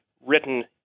written